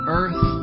earth